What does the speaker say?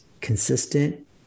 consistent